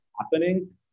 happening